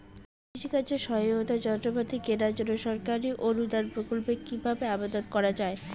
কৃষি কাজে সহায়তার যন্ত্রপাতি কেনার জন্য সরকারি অনুদান প্রকল্পে কীভাবে আবেদন করা য়ায়?